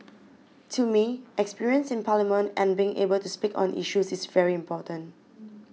to me experience in Parliament and being able to speak on issues is very important